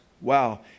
Wow